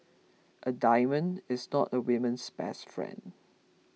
a diamond is not a women's best friend